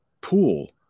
Pool